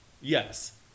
yes